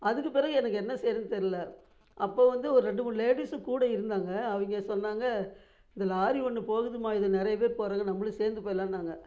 அதுக்கு பிறகு எனக்கு என்ன செய்கிறதுன்னு தெரில அப்போது வந்து ரெண்டு மூணு லேடீஸ்ஸும் கூட இருந்தாங்க அவிங்க சொன்னாங்க இந்த லாரி ஒன்று போகுதும்மா இதில் நிறைய பேரு போகிறாங்க நம்மளும் சேர்ந்து போயிடலான்னாங்க